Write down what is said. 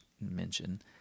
mention